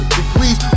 degrees